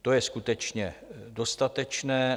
To je skutečně dostatečné.